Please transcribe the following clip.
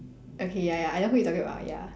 okay ya ya I know who you talking about ya